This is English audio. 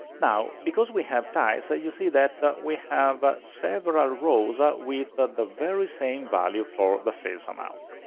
now, because we have ties, so you see that that we have several rows ah with ah the very same value for the sales amount.